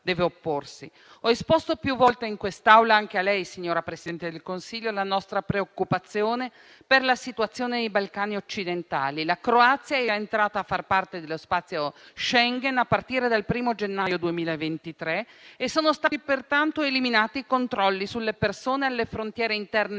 Ho esposto più volte in quest'Aula, anche a lei, signora Presidente del Consiglio, la nostra preoccupazione per la situazione nei Balcani occidentali. La Croazia è entrata a far parte dello spazio Schengen a partire dal 1° gennaio 2023 e sono stati pertanto eliminati i controlli sulle persone alle frontiere interne,